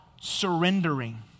surrendering